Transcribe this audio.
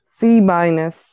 C-minus